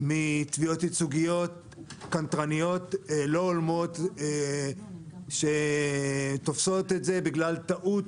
מתביעות ייצוגיות קנטרניות ולא הולמות שתופסות את זה בגלל טעות,